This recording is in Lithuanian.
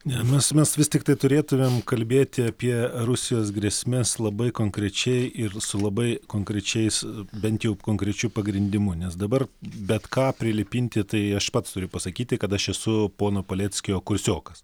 ne mes mes vis tiktai turėtumėm kalbėti apie rusijos grėsmes labai konkrečiai ir su labai konkrečiais bent jau konkrečiu pagrindimu nes dabar bet ką prilipinti tai aš pats turiu pasakyti kad aš esu pono paleckio kursiokas